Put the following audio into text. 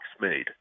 made